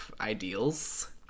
ideals